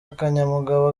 akanyabugabo